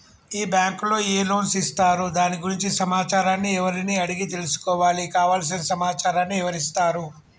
ఈ బ్యాంకులో ఏ లోన్స్ ఇస్తారు దాని గురించి సమాచారాన్ని ఎవరిని అడిగి తెలుసుకోవాలి? కావలసిన సమాచారాన్ని ఎవరిస్తారు?